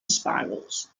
spirals